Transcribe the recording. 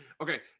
Okay